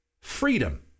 freedom